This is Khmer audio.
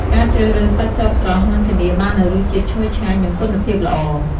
ការជ្រើសរើសសាច់ស្រស់ៗ នឹងធានាបាននូវរសជាតិឈ្ងុយឆ្ងាញ់ និងគុណភាពល្អ។